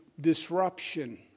disruption